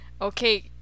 Okay